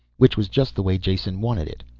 which was just the way jason wanted it.